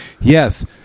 Yes